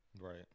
Right